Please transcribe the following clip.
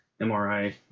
mri